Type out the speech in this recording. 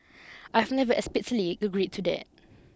I have never explicitly agreed to that